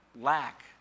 lack